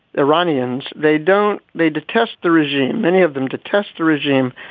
iranians, they don't they detest the regime. many of them to test the regime,